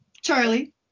Charlie